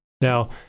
Now